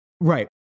Right